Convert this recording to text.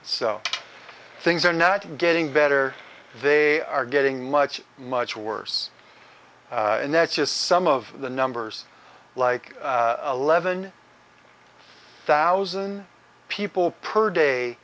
so things are not getting better they are getting much much worse and that's just some of the numbers like eleven thousand people per day